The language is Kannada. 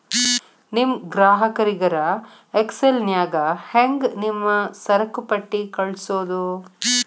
ನಿಮ್ ಗ್ರಾಹಕರಿಗರ ಎಕ್ಸೆಲ್ ನ್ಯಾಗ ಹೆಂಗ್ ನಿಮ್ಮ ಸರಕುಪಟ್ಟಿ ಕಳ್ಸೋದು?